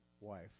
wife